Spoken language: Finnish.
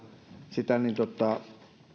sitä